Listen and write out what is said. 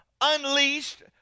unleashed